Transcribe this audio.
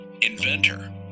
inventor